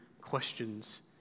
questions